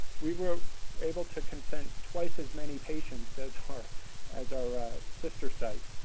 we were able to consent twice as many patients as our as our sister site,